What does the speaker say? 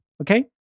Okay